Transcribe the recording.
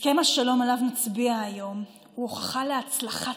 הסכם השלום שעליו נצביע היום הוא הוכחה להצלחת